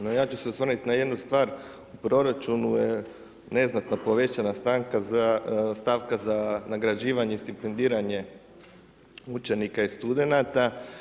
No, ja ću se osvrnuti na jednu stvar, u proračunu je neznatno povećana stanka za nagrađivanje i stipendiranje učenika i studenata.